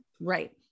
right